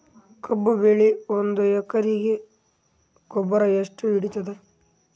ಕಬ್ಬು ಬೆಳಿ ಒಂದ್ ಎಕರಿಗಿ ಗೊಬ್ಬರ ಎಷ್ಟು ಹಿಡೀತದ?